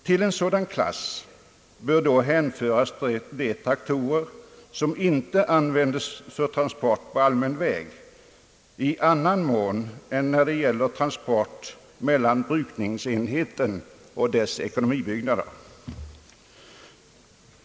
Till en sådan klass bör då hänföras de traktorer som inte används för transport på allmän väg i annan mån än när det gäller transport mellan brukningsenheten och dess ekonomibyggnader.